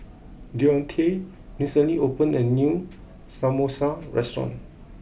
Deontae recently opened a new Samosa restaurant